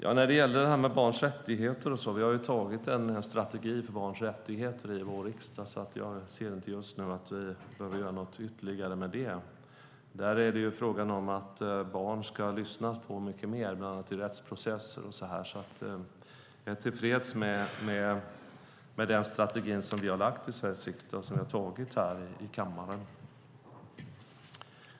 Herr talman! Vi har i Sveriges riksdag antagit en strategi för barns rättigheter. Därför anser jag inte att vi just nu behöver göra någonting ytterligare där. Det handlar om att barn ska lyssnas på mycket mer, bland annat i rättsprocesser. Jag är tillfreds med den strategi som vi röstat om i kammaren och således antagit i Sveriges riksdag.